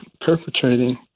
perpetrating